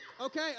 Okay